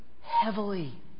heavily